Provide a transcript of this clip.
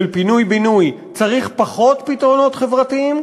פינוי-בינוי צריך פחות פתרונות חברתיים,